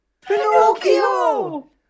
Pinocchio